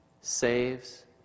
saves